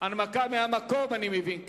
הנמקה מהמקום, אני מבין.